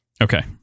Okay